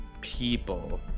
people